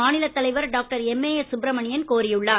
மாநில தலைவர் doctor M A S Subramanian கோரி உள்ளார்